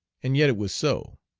and yet it was so.